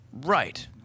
Right